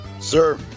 Sir